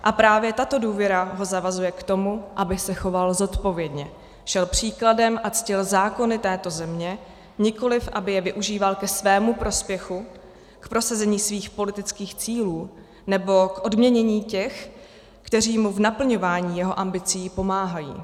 A právě tato důvěra ho zavazuje k tomu, aby se choval zodpovědně, šel příkladem a ctil zákony této země, nikoliv aby je využíval ke svému prospěchu, k prosazení svých politických cílů nebo k odměnění těch, kteří mu v naplňování jeho ambicí pomáhají.